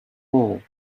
wall